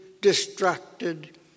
distracted